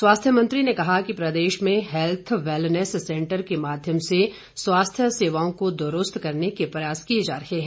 स्वास्थ्य मंत्री ने कहा कि प्रदेश में हैल्थ वैलनेस सेंटर के माध्यम से स्वास्थ्य सेवाओं को द्रूस्त करने के प्रयास किए जा रहे हैं